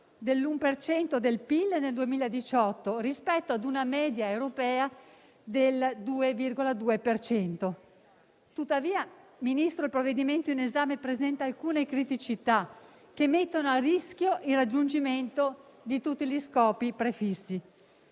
cento del PIL nel 2018, rispetto a una media europea del 2,2. Signor Ministro, il provvedimento in esame presenta alcune criticità, che mettono a rischio il raggiungimento di tutti gli scopi prefissati.